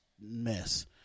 mess